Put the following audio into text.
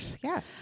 Yes